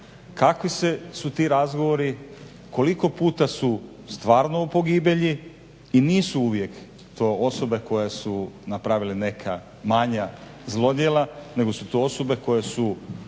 kakvi su ti razgovori, koliko puta su stvarno u pogibelji i nisu uvijek to osobe koje su napravile neka manja zlodjela nego su to osobe koje su,